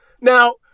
Now